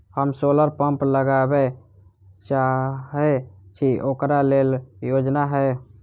हम solar pump लगाबै चाहय छी ओकरा लेल योजना हय?